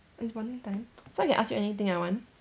it's bonding time so I can ask you anything I want